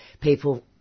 people